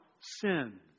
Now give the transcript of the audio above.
sin